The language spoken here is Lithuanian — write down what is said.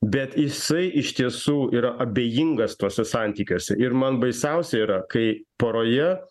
bet jisai iš tiesų yra abejingas tuose santykiuose ir man baisiausia yra kai poroje